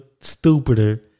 stupider